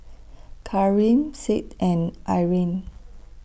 Karim Sid and Irine